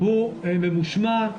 הוא ממושמע,